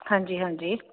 ਹਾਂਜੀ ਹਾਂਜੀ